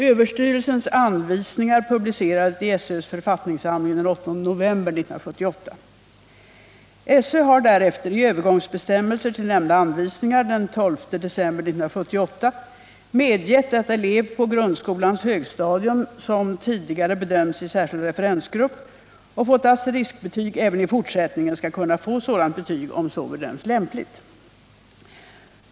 Överstyrelsens anvisningar publicerades i SÖ:s författningssamling den 8 november 1978. SÖ har därefter — i övergångsbestämmelser till nämnda anvisningar — den 12 december 1978 medgett att elev på grundskolans högstadium som tidigare bedömts i särskild referensgrupp och fått asteriskbetyg även i fortsättningen skall kunna få sådant betyg, om så bedöms lämpligt.